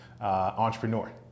entrepreneur